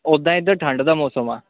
ਉੱਦਾਂ ਇੱਧਰ ਠੰਡ ਦਾ ਮੌਸਮ ਆ